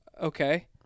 okay